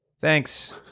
thanks